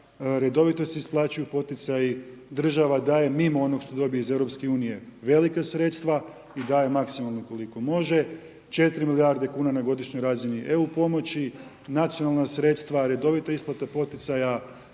redovito se isplaćuju poticaji, država daje mimo onog što dobije iz EU velika sredstva i daje maksimalno koliko može, 4 milijarde kuna na godišnjoj razini EU pomoći, nacionalna sredstva, redovita isplata poticaja